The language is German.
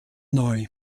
neu